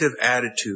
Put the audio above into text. attitude